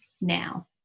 now